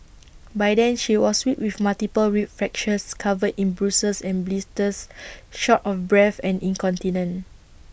by then she was weak with multiple rib fractures covered in bruises and blisters short of breath and incontinent